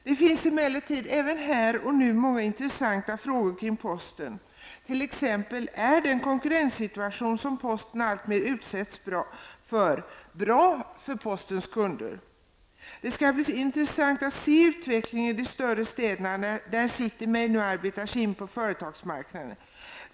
Det finns emellertid även här och nu många intressanta frågor kring posten, t.ex.: Är den konkurrenssituation som posten alltmer utsätts för bra för postens kunder? Det skall bli intressant att se utvecklingen i de större städerna, där City Mail nu arbetar sig in på företagsmarknaden.